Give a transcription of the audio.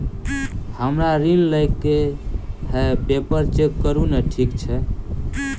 हमरा ऋण लई केँ हय पेपर चेक करू नै ठीक छई?